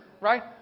Right